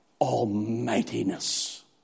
Almightiness